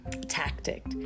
tactic